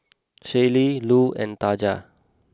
Shaylee Lu and Taja